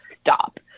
stop